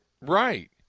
Right